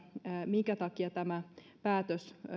minkä takia tämä päätös